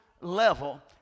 level